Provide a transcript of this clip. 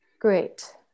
great